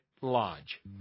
Lodge